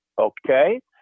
okay